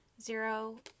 zero